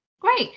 great